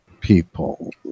people